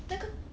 那个